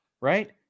Right